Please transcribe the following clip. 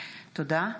תודה.